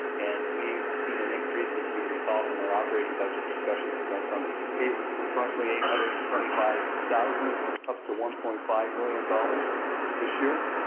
and we've seen an increase, as you recall, from our operating budget discussions. it went from approximately eight hundred and twenty five thousand up to one point five million dollars this year.